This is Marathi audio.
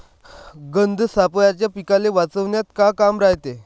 गंध सापळ्याचं पीकाले वाचवन्यात का काम रायते?